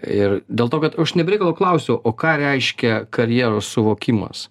ir dėl to kad aš ne be reikalo klausiau o ką reiškia karjeros suvokimas